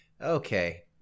Okay